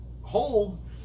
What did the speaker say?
hold